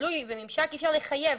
בממשק אי אפשר לחייב,